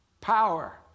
Power